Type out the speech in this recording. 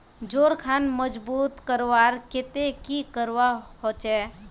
जोड़ खान मजबूत करवार केते की करवा होचए?